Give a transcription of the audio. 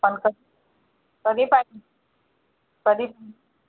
पण कधी कधी पाहिजे कधी पण